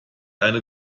eine